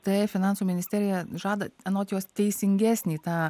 taip finansų ministerija žada anot jos teisingesnį tą